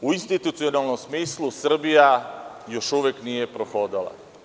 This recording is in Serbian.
U institucionalnom smislu, Srbija još uvek nije prohodala.